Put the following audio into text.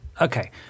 Okay